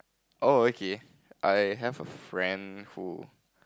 oh okay I have friend who